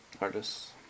Artists